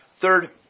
Third